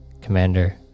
commander